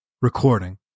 recording